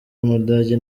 w’umudage